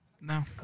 No